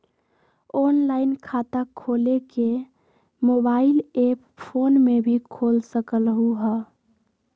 Online खाता खोले के मोबाइल ऐप फोन में भी खोल सकलहु ह?